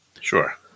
Sure